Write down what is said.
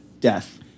death